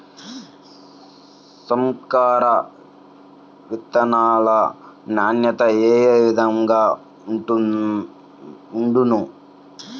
సంకర విత్తనాల నాణ్యత ఏ విధముగా ఉండును?